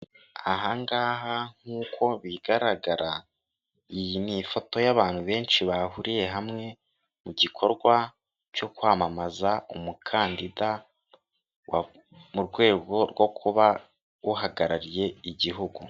Ahangaha nkuko bigaragara iyi ni ifoto y'abantu benshi bahuriye hamwe mu gikorwa cyo kwamamaza umukandida mu rwego rwo kuba uhagarariye igihugu.